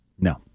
no